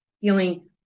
feeling